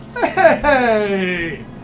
Hey